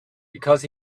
because